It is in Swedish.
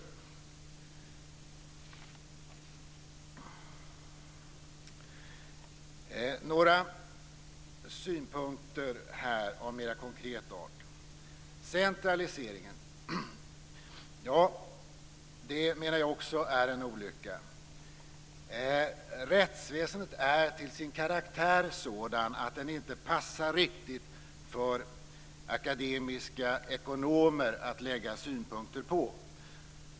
Jag skall ta upp några synpunkter av mer konkret art. Jag menar att centraliseringen är en olycka. Rättsväsendet är till sin karaktär sådant att det inte riktigt passar för akademiska ekonomer att lägga synpunkter på.